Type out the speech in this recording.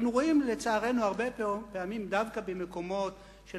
אנחנו רואים לצערנו הרבה פעמים דווקא במקומות של